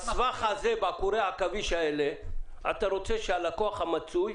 בסבך הזה אתה רוצה שהלקוח המצוי,